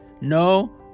no